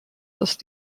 ist